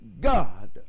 God